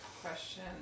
question